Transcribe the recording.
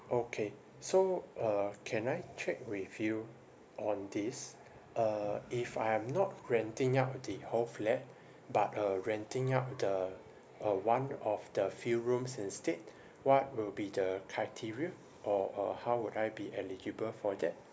okay so uh can I check with you on this uh if I am not renting out the whole flat but uh renting out the uh one of the few rooms instead what will be the criteria or uh how would I be eligible for that